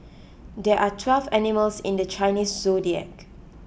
there are twelve animals in the Chinese zodiac